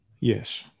Yes